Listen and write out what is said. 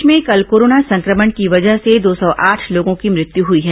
प्रदेश में कल कोरोना संक्रमण की वजह से दो सौ आठ लोगों की मृत्यु हुई है